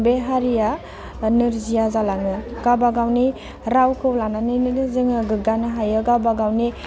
बे हारिया नोरजिया जालाङो गाबा गावनि रावखौ लानानैनो जोङो गोग्गानो हायो गाबागावनि